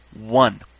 one